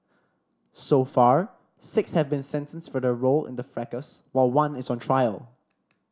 so far six have been sentenced for their role in the fracas while one is on trial